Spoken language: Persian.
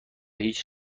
هیچ